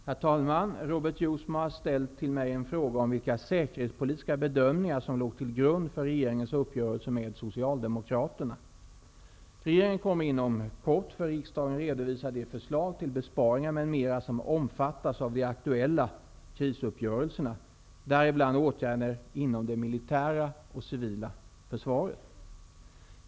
Herr talman! Robert Jousma har ställt till mig en fråga om vilka säkerhetspolitiska bedömningar som låg till grund för regeringens uppgörelse med Regeringen kommer inom kort för riksdagen att redovisa de förslag till besparingar m.m. som omfattas av de aktuella krisuppgörelserna, däribland åtgärder inom det militära och civila försvaret.